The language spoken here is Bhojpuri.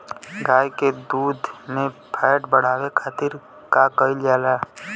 गाय के दूध में फैट बढ़ावे खातिर का कइल जाला?